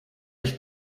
ich